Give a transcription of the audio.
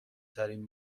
ترین